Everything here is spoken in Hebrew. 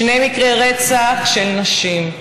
שני מקרי רצח של נשים: